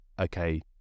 okay